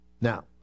Now